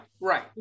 right